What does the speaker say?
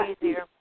easier